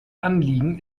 anliegen